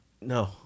No